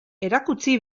erakutsi